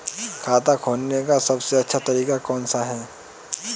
खाता खोलने का सबसे अच्छा तरीका कौन सा है?